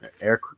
Air